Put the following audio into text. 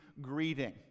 greeting